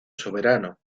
soberano